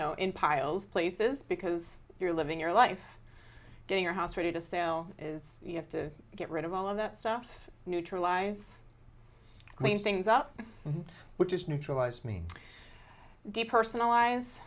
know in piles places because you're living your life getting your house ready to sale is you have to get rid of all of that stuff neutralize clean things up which is neutralized me depersonalize